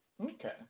Okay